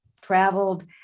traveled